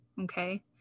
okay